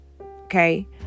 Okay